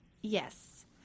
Yes